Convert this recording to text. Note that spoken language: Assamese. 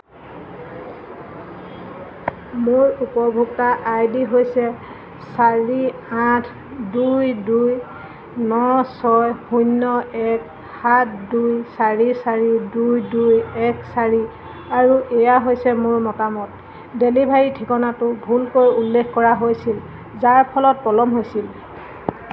মোৰ উপভোক্তা আই ডি হৈছে চাৰি আঠ দুই দুই ন ছয় শূন্য এক সাত দুই চাৰি চাৰি দুই দুই এক চাৰি আৰু এয়া হৈছে মোৰ মতামত ডেলিভাৰী ঠিকনাটো ভুলকৈ উল্লেখ কৰা হৈছিল যাৰ ফলত পলম হৈছিল